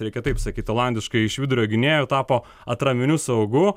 reikia taip sakyt olandiškai iš vidurio gynėjo tapo atraminiu saugu